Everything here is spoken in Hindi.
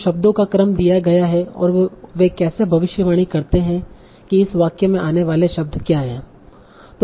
तो शब्दों का क्रम दिया गया है और वे कैसे भविष्यवाणी करते हैं कि इस वाक्य में आने वाले शब्द क्या है